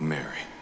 Mary